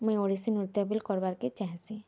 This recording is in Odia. ମୁଇଁ ଓଡ଼ିଶୀ ନୃତ୍ୟ ବି କର୍ବାକେ ଚାହେଁସି